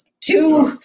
Two